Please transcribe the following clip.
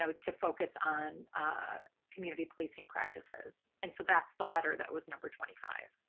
um to focus on community policing practices. and so that's the letter that was number twenty five